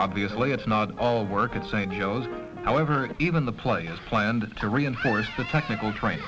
obviously it's not all work at st joe's however even the play is planned to reinforce the technical train